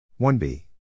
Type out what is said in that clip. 1b